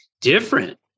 different